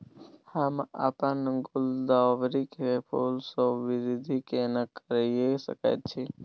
हम अपन गुलदाबरी के फूल सो वृद्धि केना करिये सकेत छी?